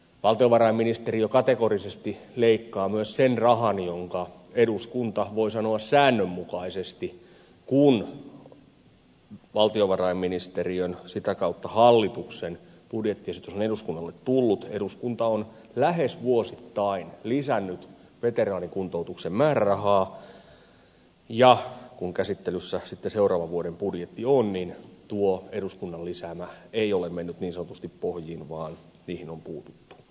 valtiovarainministeriö kategorisesti leikkaa myös sen rahan jonka eduskunta voi sanoa säännönmukaisesti kun valtiovarainministeriön ja sitä kautta hallituksen budjettiesitys on eduskunnalle tullut on lähes vuosittain lisännyt veteraanikuntoutuksen määrärahaa ja kun käsittelyssä sitten seuraavan vuoden budjetti on niin tuo eduskunnan lisäämä ei ole mennyt niin sanotusti pohjiin vaan niihin on puututtu